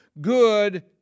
good